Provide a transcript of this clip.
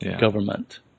government